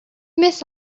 miss